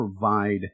provide